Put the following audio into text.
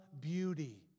beauty